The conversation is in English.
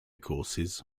courses